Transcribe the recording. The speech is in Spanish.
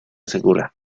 segura